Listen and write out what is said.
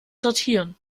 sortieren